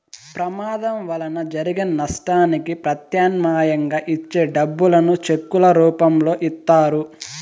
ప్రమాదం వలన జరిగిన నష్టానికి ప్రత్యామ్నాయంగా ఇచ్చే డబ్బులను చెక్కుల రూపంలో ఇత్తారు